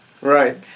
Right